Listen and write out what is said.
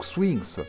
Swings